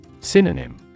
Synonym